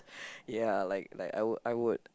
ya like like I would I would